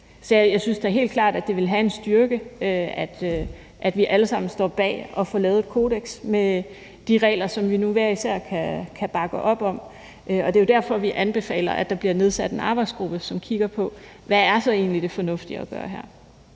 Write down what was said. Så jeg synes da helt klart, at det vil have en styrke, at vi alle sammen står bag at få lavet et kodeks med de regler, som vi nu hver især kan bakke op om. Det er jo derfor, vi anbefaler, at der bliver nedsat en arbejdsgruppe, som kigger på, hvad det fornuftige så egentlig er at gøre her.